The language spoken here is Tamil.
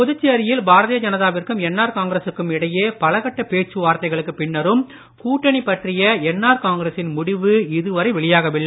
புதுச்சேரியில் பாரதீய ஜனதாவிற்கும் என்ஆர் காங்கிரசுக்கும் இடையே பலகட்ட பேச்சுவார்த்தைகளுக்குப் பின்னரும் கூட்டணி பற்றிய என்ஆர் காங்கிரசின் முடிவு இதுவரை வெளியாகவில்லை